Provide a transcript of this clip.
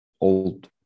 old